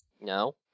No